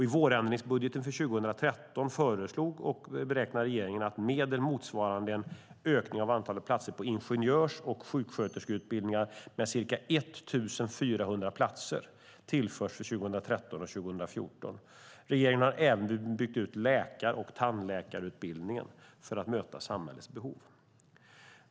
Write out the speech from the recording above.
I vårändringsbudgeten för 2013 föreslår och beräknar regeringen att medel motsvarande en ökning av antalet platser på ingenjörs och sjuksköterskeutbildningar med ca 1 400 platser tillförs för 2013 och 2014. Regeringen har även byggt ut läkar och tandläkarutbildningen för att möta samhällets behov.